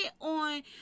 on